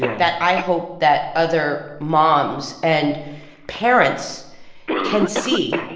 yeah that i hope that other moms and parents can see.